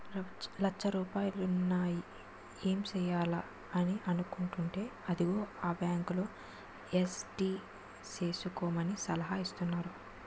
లచ్చ రూపాయలున్నాయి ఏం సెయ్యాలా అని అనుకుంటేంటే అదిగో ఆ బాంకులో ఎఫ్.డి సేసుకోమని సలహా ఇత్తన్నారు